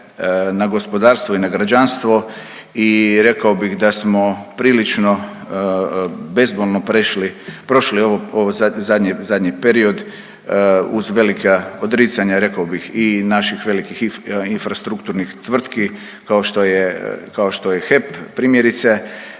na gospodarstvo i na građanstvo i rekao bih da smo prilično bezbolno prešli, prošli ovo, ovaj zadnji, zadnji period uz velika odricanja rekao bih i naših velikih infrastrukturnih tvrtki kao što je, kao što je HEP primjerice.